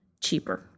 cheaper